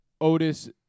Otis